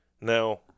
now